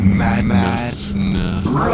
madness